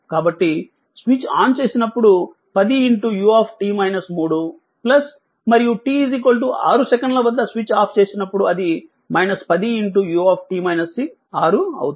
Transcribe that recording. కాబట్టి switch on చేసినప్పుడు 10 u మరియు t 6 సెకన్ల వద్ద స్విచ్ ఆఫ్ చేసినప్పుడు అది 10 u అవుతుంది